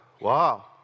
Wow